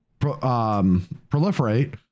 proliferate